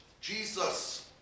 Jesus